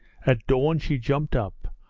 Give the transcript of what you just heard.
at dawn she jumped up,